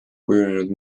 kujunenud